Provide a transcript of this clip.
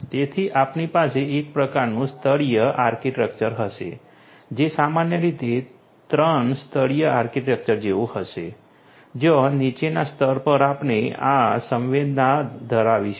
તેથી આપણી પાસે એક પ્રકારનું સ્તરીય આર્કિટેક્ચર હશે જે સામાન્ય રીતે 3 સ્તરીય આર્કિટેક્ચર જેવું હશે જ્યાં નીચેના સ્તર પર આપણે આ સંવેદના ધરાવીશું